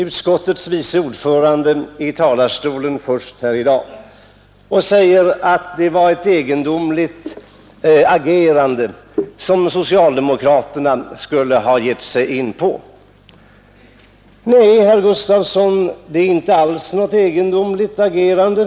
Utskottets vice ordförande uppträdde först i talarstolen i dag, och han sade att det var ett egendomligt agerande som socialdemokraterna skulle ha gett sig in på. Nej, herr Gustavsson i Alvesta, det är inte alls något egendomligt agerande.